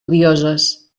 odioses